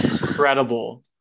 Incredible